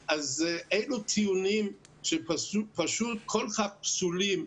אז אלו טיעונים שפשוט כל כך פסולים.